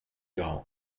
grand